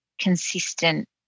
consistent